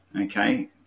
okay